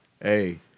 Hey